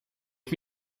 ich